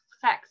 sex